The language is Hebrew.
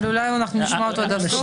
אולי נשמע אותו עד הסוף?